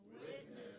Witness